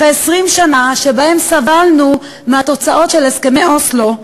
אחרי 20 שנה שבהן סבלנו מהתוצאות של הסכמי אוסלו,